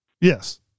Yes